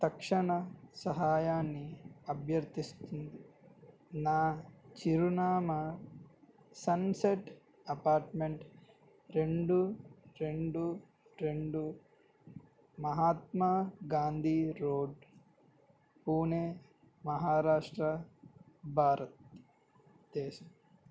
తక్షణ సహాయాన్ని అభ్యర్థిస్తుంది నా చిరునామా సన్సెట్ అపార్ట్మెంట్ రెండు రెండు రెండు మహాత్మా గాంధీ రోడ్ పూణే మహారాష్ట్ర భారత్ దేశం